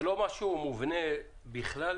זה לא משהו מובנה בכלל?